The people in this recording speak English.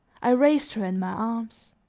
i raised her in my arms.